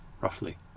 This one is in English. Roughly